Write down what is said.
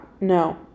no